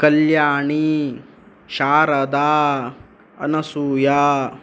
कल्याणी Sharada अनसूया